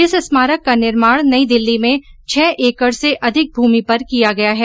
इस स्मारक का निर्माण नई दिल्ली में छह एकड़ से अधिक भूमि पर किया गया है